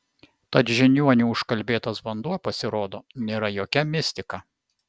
tad žiniuonių užkalbėtas vanduo pasirodo nėra jokia mistika